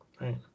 Right